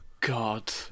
God